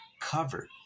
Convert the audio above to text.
covered